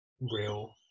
real